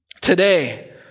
Today